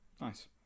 Nice